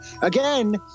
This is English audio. again